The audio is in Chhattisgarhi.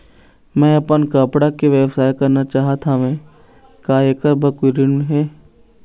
मैं अपन कपड़ा के व्यवसाय करना चाहत हावे का ऐकर बर कोई ऋण हे?